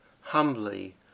humbly